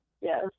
Yes